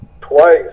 twice